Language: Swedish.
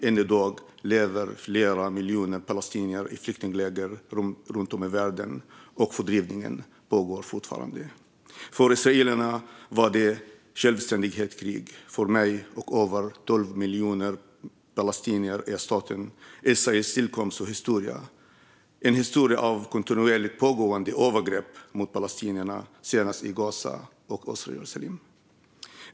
Än i dag lever flera miljoner palestinier i flyktingläger runt om i världen, och fördrivningen pågår fortfarande. För israelerna var det ett självständighetskrig. För mig och över 12 miljoner palestinier är staten Israels tillkomst och historia en historia av kontinuerligt pågående övergrepp mot palestinierna, senast i Gaza och östra Jerusalem.